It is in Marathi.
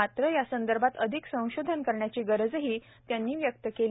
मात्र यासंदर्भात अधिक संशोधन करण्याची गरजही त्यांनी व्यक्त केली